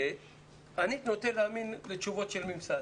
אני נוטה להאמין לתשובות של משרד.